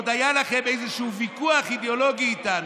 עוד היה לכם איזשהו ויכוח אידיאולוגי איתנו,